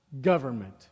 government